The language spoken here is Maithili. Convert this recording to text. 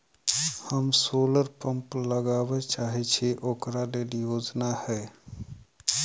हम सोलर पम्प लगाबै चाहय छी ओकरा लेल योजना हय?